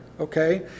okay